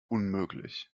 unmöglich